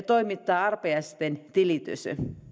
toimittaa arpajaisten tilitys